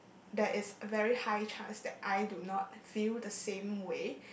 there is a very high chance that I do not feel the same way